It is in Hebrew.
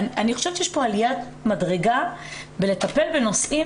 אני חושבת שיש פה עליית מדרגה בלטפל בנושאים